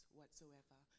whatsoever